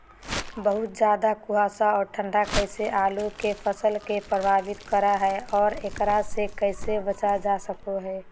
बहुत ज्यादा कुहासा और ठंड कैसे आलु के फसल के प्रभावित करो है और एकरा से कैसे बचल जा सको है?